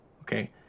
Okay